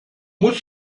muss